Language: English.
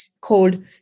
called